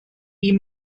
wie